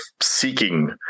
seeking